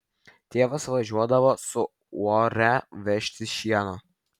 tėvas važiuodavo su uore vežti šieno